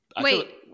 Wait